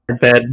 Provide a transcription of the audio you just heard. Bed